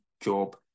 job